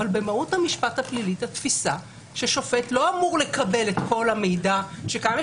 אבל במהות המשפט הפלילי התפיסה ששופט לא אמור לקבל את כל המידע שקיים.